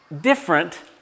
different